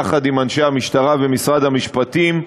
יחד עם אנשי המשטרה ומשרד המשפטים,